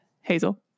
Hazel